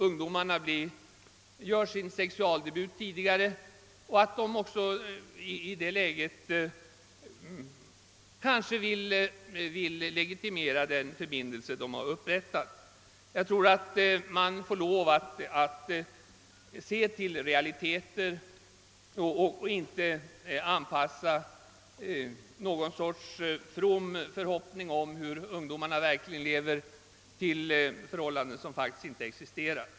Ungdomarna gör nu sin sexualdebut tidigare och vill kanske också i detta läge legitimera den förbindelse de har upprättat. Man måste se till realiteterna och kan inte hålla fast vid någon from förhoppning om ungdomarnas livsföring, som inte motsvaras av de faktiska förhållandena.